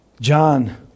John